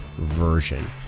version